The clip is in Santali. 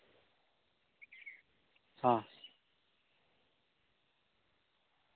ᱦᱚᱸ